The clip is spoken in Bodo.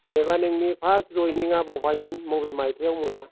जेनोबा नोंनि फार्स जयेनिंया बबेहायमोन बबे मायथायाव मोना